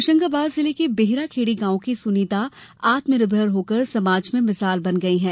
होशंगाबाद जिले के बेहरा खेड़ी गांव की सुनीता आत्मनिर्भर होकर समाज में मिसाल बन गई हैं